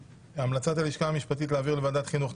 המלצת הלשכה המשפטית היא להעביר לוועדת החינוך,